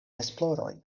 esploroj